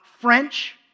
French